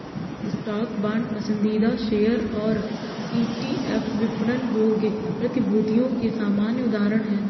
stock, bond, पसंदीदा share और ETF विपणन योग्य प्रतिभूतियों के सामान्य उदाहरण हैं